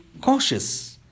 cautious